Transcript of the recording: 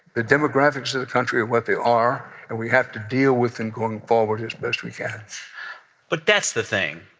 the demographics of the country or what they are and we have to deal with it and going forward as best we can but that's the thing.